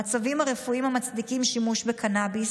המצבים הרפואיים המצדיקים שימוש בקנביס,